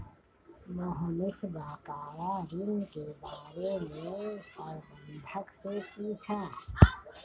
मोहनीश बकाया ऋण के बारे में प्रबंधक से पूछा